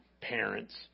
Parents